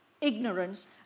ignorance